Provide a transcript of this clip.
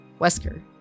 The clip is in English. Wesker